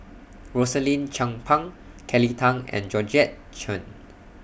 Rosaline Chan Pang Kelly Tang and Georgette Chen